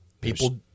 People